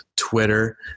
Twitter